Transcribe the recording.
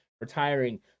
retiring